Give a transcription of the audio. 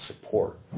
support